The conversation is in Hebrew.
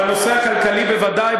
בנושא הכלכלי, בוודאי.